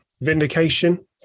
vindication